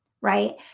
right